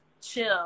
chill